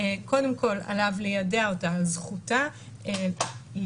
קודם כל עליו ליידע אותה על זכותה להתנגד